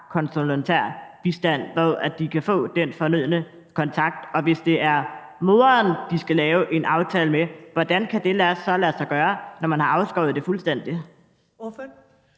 konsulær bistand, hvor de kan få den fornødne kontakt? Og hvis det er moren, de skal lave en aftale med, hvordan kan det så lade sig gøre, når man har afskåret det fuldstændig?